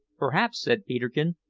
perhaps, said peterkin,